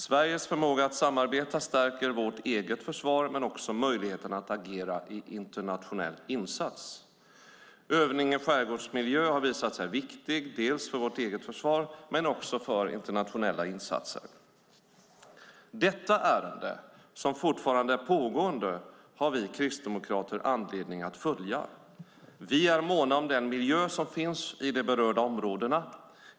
Sveriges förmåga att samarbeta stärker vårt eget försvar men också möjligheten att agera i en internationell insats. Övning i skärgårdsmiljö har visat sig viktigt för vårt eget försvar men också för internationella insatser. Detta ärende, som fortfarande är pågående, har vi kristdemokrater anledning att följa. Vi är måna om den miljö som finns i de berörda områdena.